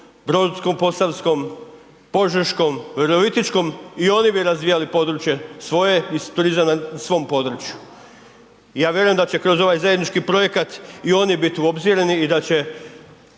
Brodsko-posavskom, Požeškom, Virovitičkom, i oni bi razvijali područje svoje i turizam na svom području. Ja vjerujem da će kroz ovaj zajednički projekat i oni biti uobzireni i da će